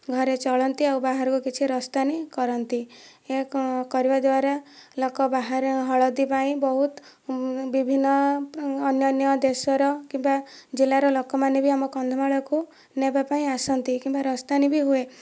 ଘରେ ଚଳନ୍ତି ଆଉ ବାହାରକୁ କିଛି ରପ୍ତାନି କରନ୍ତି ଏହା କରିବାଦ୍ଵାରା ଲୋକ ବାହାରେ ହଳଦୀ ପାଇଁ ବହୁତ ବିଭିନ୍ନ ଅନ୍ୟାନ୍ୟ ଦେଶର କିମ୍ବା ଜିଲ୍ଲାର ଲୋକମାନେ ବି ଆମ କନ୍ଧମାଳକୁ ନେବାପାଇଁ ଆସନ୍ତି କିମ୍ବା ରପ୍ତାନି ବି ହୁଏ